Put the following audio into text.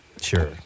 Sure